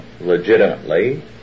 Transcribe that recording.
legitimately